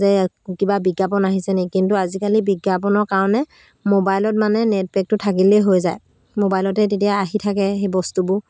যে কিবা বিজ্ঞাপন আহিছে নেকি কিন্তু আজিকালি বিজ্ঞাপনৰ কাৰণে মোবাইলত মানে নেটপেকটো থাকিলেই হৈ যায় মোবাইলতে তেতিয়া আহি থাকে সেই বস্তুবোৰ